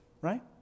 right